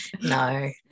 No